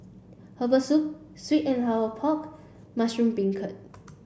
herbal soup sweet and hour pork mushroom Beancurd